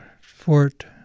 Fort